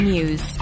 News